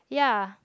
ya